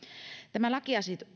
tämä lakiesitys